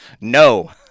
No